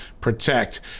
protect